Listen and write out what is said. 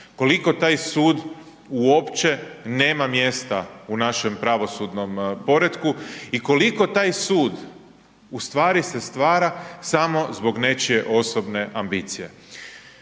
koliko taj sud uopće nema mjesta u našem pravosudnom poretku i koliko taj sud ustvari se stvara samo zbog nečije osobne ambicije.